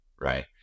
Right